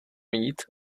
mít